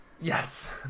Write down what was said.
Yes